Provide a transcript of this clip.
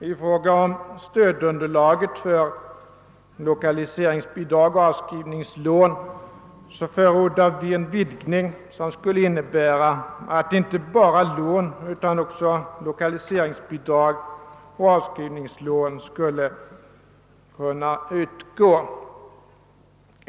I fråga om stödunderlaget för lokaliseringsbidrag och avskrivningslån förordar vi en vidgning som skulle innebära att inte bara lån utan också lokaliseringsbidrag och avskrivningslån skulle kunna utgå.